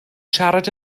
siarad